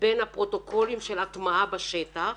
בין הפרוטוקולים של הטמעה בשטח,